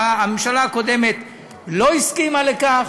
והממשלה הקודמת לא הסכימה לכך,